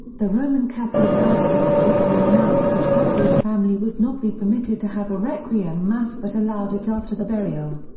the roman catholic diocese of brooklyn announced that gotti's family would not be permitted to have a requiem mass but allowed it after the burial.